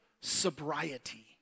sobriety